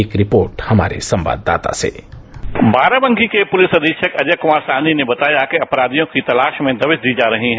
एक रिपोर्ट हमारे संवाददाता से बाराबंकी के पुलिस अधीक्षक अजय कुमार साहनी ने बताया कि अपराधियों की तलाश में दविश दी जा रही हैं